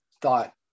thought